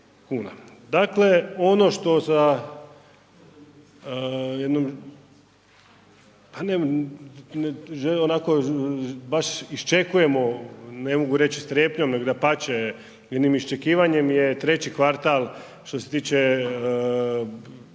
jednu, onako baš iščekujemo, ne mogu reći strepnjom nego dapače, jednim iščekivanjem je treći kvartal što se tiče